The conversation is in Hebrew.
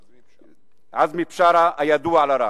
עזמי בשארה הידוע לרעה,